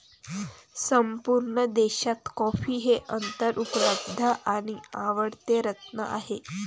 संपूर्ण देशात कॉफी हे अत्यंत उपलब्ध आणि आवडते रत्न आहे